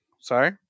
Sorry